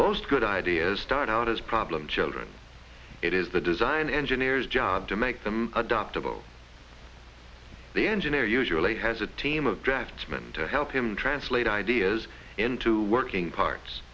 most good ideas start out as problem children it is the design engineers job to make them adoptable the engineer usually has a team of draftsmen to help him translate ideas into working parts